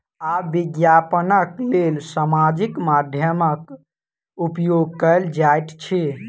आब विज्ञापनक लेल सामाजिक माध्यमक उपयोग कयल जाइत अछि